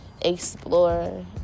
explore